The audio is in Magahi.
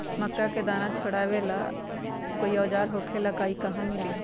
मक्का के दाना छोराबेला कोई औजार होखेला का और इ कहा मिली?